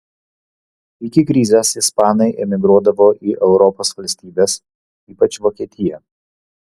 iki krizės ispanai emigruodavo į europos valstybes ypač vokietiją